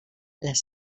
les